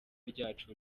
ryacu